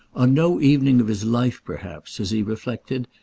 on no evening of his life perhaps, as he reflected,